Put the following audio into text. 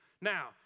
Now